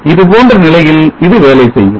இதுபோன்ற நிலையில் இது வேலை செய்யும்